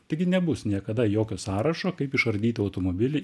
taigi nebus niekada jokio sąrašo kaip išardyti automobilį